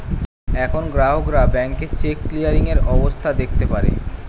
এখন গ্রাহকরা ব্যাংকে চেক ক্লিয়ারিং এর অবস্থা দেখতে পারে